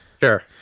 Sure